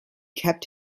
kept